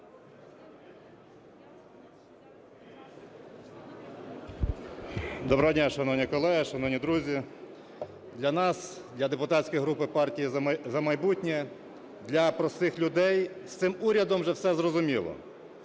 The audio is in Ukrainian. Доброго дня, шановні колеги, шановні друзі! Для нас, для депутатської групи "Партія "За майбутнє", для простих людей, з цим урядом вже все зрозуміло.